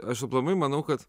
aš aplamai manau kad